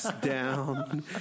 down